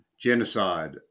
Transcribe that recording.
genocide